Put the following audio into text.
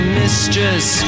mistress